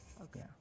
Okay